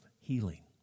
healing